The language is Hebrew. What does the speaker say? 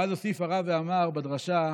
ואז הוסיף הרב ואמר בדרשה: